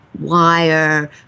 wire